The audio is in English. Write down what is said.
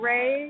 Ray